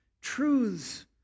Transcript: truths